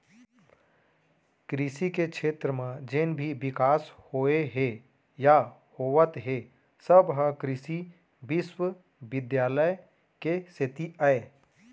कृसि के छेत्र म जेन भी बिकास होए हे या होवत हे सब ह कृसि बिस्वबिद्यालय के सेती अय